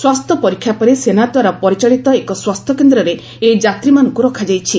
ସ୍ୱାସ୍ଥ୍ୟ ପରୀକ୍ଷା ପରେ ସେନା ଦ୍ୱାରା ପରିଚାଳିତ ଏକ ସ୍ୱାସ୍ଥ୍ୟକେନ୍ଦ୍ରରେ ଏହି ଯାତ୍ରୀମାନଙ୍କ ରଖାଯାଇଛି